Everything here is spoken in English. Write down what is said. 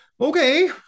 Okay